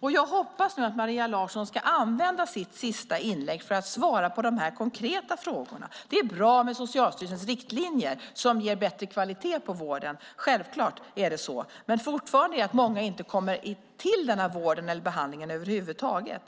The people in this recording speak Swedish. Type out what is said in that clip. Jag hoppas att Maria Larsson ska använda sitt sista inlägg för att svara på dessa konkreta frågor. Det är självklart bra med Socialstyrelsens riktlinjer som ger bättre kvalitet på vården, men fortfarande kommer många över huvud taget inte till denna vård eller behandling.